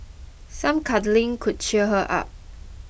some cuddling could cheer her up